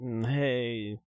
Hey